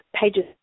pages